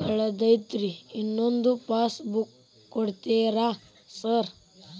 ಕಳೆದೈತ್ರಿ ಇನ್ನೊಂದ್ passbook ಕೂಡ್ತೇರಾ ಸರ್?